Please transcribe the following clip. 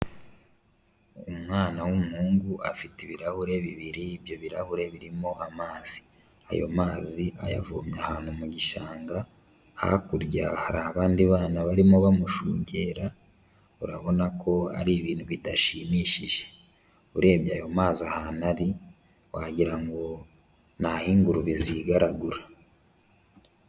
Umwana w'umuhungu afite ibirahure bibiri, ibyo birahure birimo amazi, ayo mazi ayavomye ahantu mu gishanga, hakurya hari abandi bana barimo bamushungera, urabona ko ari ibintu bidashimishije, urebye ayo mazi ahantu ari wagira ngo ni aho ingurube zigaragura.